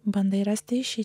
bandai rasti išeitį